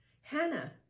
Hannah